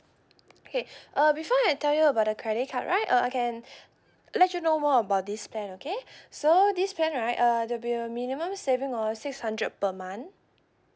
okay uh before I tell you about the credit card right uh I can let you know more about this plan okay so this plan right uh the bill minimum savings are six hundred per month